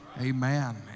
amen